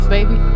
Baby